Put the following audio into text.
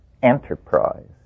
enterprise